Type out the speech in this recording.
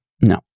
No